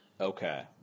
Okay